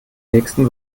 nächsten